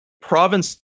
province